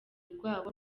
rwabo